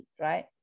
right